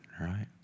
right